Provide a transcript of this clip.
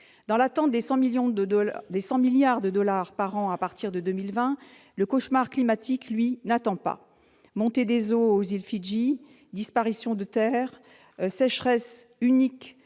à attendre les 100 milliards de dollars par an promis à partir de 2020, le cauchemar climatique, lui, n'attend pas : montée des eaux aux îles Fidji, disparition de terres, sécheresses